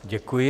Děkuji.